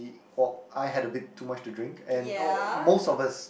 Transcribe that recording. well I had a bit too much to drink and oh most of us